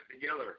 together